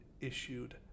issued